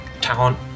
talent